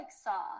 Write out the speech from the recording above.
Saw